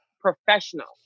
professional